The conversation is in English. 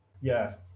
Yes